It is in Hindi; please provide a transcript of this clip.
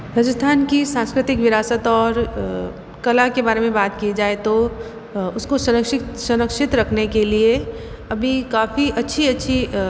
राजस्थान की सांस्कृतिक विरासत और कला के बारे में बात की जाए तो उसको सुरक्षित संरक्षित रखने के लिए अभी काफ़ी अच्छी अच्छी